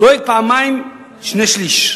לא פעמיים, שני-שלישים,